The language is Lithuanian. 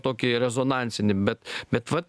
tokį rezonansinį bet bet vat